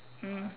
mm